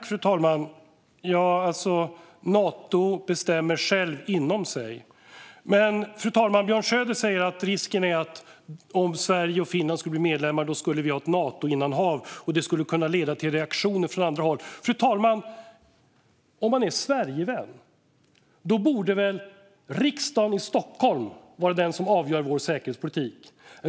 Fru talman! Nato bestämmer självt, inom sig. Björn Söder säger att risken om Sverige och Finland skulle bli medlemmar är att vi får ett Natoinnanhav och att detta kan leda till reaktioner från andra håll. Om man är Sverigevän, fru talman, borde väl riksdagen i Stockholm vara den som avgör vår säkerhetspolitik?